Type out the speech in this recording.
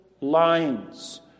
lines